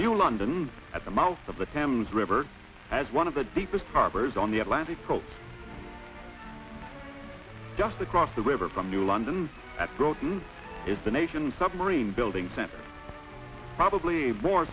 new london at the mouth of the thames river as one of the deepest harbor on the atlantic coast just across the river from new london at broughton is the nation's submarine building center probably